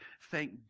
thank